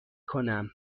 کنم